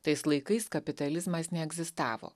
tais laikais kapitalizmas neegzistavo